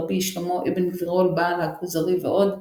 רבי שלמה אבן גבירול בעל הכוזרי ועוד,